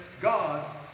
God